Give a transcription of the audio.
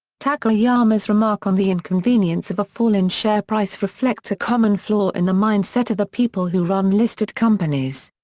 takayama's remark on the inconvenience of a fall in share price reflects a common flaw in the mindset of the people who run listed companies.